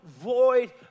void